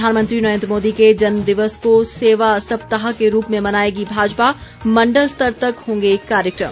प्रधानमंत्री नरेन्द्र मोदी के जन्म दिवस को सेवा सप्ताह के रूप में मनाएगी भाजपा मण्डल स्तर तक होंगे कार्यक्रम